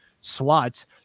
slots